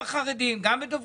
גם בקרב חרדים,